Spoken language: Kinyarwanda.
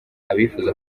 abifuza